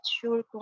sure